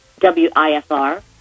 WIFR